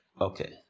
Okay